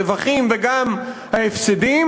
רווחים וגם ההפסדים,